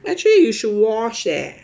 actually you should wash leh